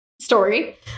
story